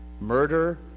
murder